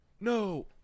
No